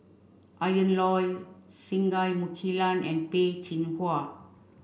Ian Loy Singai Mukilan and Peh Chin Hua